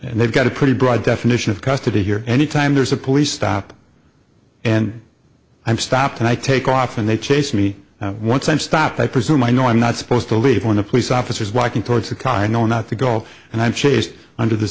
and they've got a pretty broad definition of custody here anytime there's a police stop and i'm stopped and i take off and they chase me once i'm stopped i presume i know i'm not supposed to leave when the police officers walking towards the kind know not to go and i'm chased under the